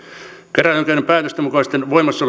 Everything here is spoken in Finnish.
käräjäoikeuden päätöksen mukaan voimassa